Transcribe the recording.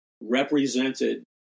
represented